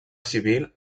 civil